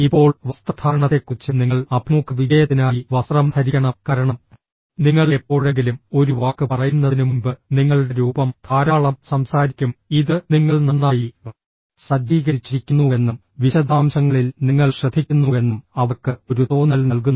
ഇപ്പോൾ വസ്ത്രധാരണത്തെക്കുറിച്ച് നിങ്ങൾ അഭിമുഖ വിജയത്തിനായി വസ്ത്രം ധരിക്കണം കാരണം നിങ്ങൾ എപ്പോഴെങ്കിലും ഒരു വാക്ക് പറയുന്നതിനുമുമ്പ് നിങ്ങളുടെ രൂപം ധാരാളം സംസാരിക്കും ഇത് നിങ്ങൾ നന്നായി സജ്ജീകരിച്ചിരിക്കുന്നുവെന്നും വിശദാംശങ്ങളിൽ നിങ്ങൾ ശ്രദ്ധിക്കുന്നുവെന്നും അവർക്ക് ഒരു തോന്നൽ നൽകുന്നു